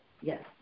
Yes